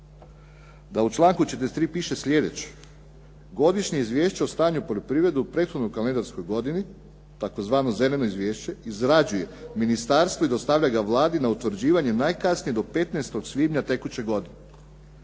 da u članku 43. piše slijedeće: "Godišnje izvješće o stanju u poljoprivredi u prethodnoj kalendarskoj godini tzv. zeleno izvješće izrađuje ministarstvo i dostavlja ga Vladi na utvrđivanje najkasnije do 15. svibnja tekuće godine,